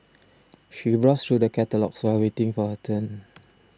she browsed through the catalogues while waiting for her turn